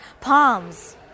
palms